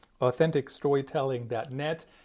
authenticstorytelling.net